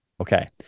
Okay